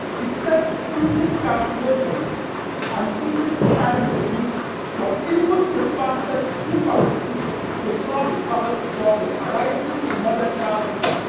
it takes infinite calculations and infinite time-to-solution for even the fastest supercomputer to solve the toughest problems arising in modern calculus,